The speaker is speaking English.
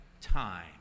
time